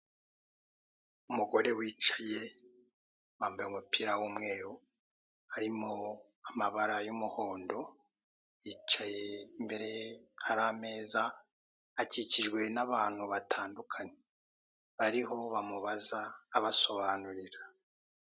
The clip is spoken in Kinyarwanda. Umugore wicaye wambaye umupira w'umweru harimo amabara y'umuhondo, yicaye imbere hari ameza akikijwe n'abantu batandukanye, bariho bamubaza abasobanurira.